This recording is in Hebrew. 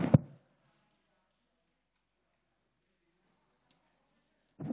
בראש, כנסת נכבדה, חבר הכנסת אסף זמיר דיבר פה